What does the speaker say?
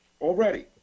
Already